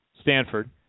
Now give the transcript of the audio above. Stanford